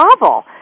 novel